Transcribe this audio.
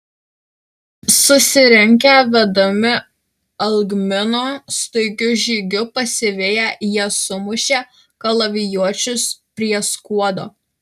susirinkę vedami algmino staigiu žygiu pasiviję jie sumušė kalavijuočius prie skuodo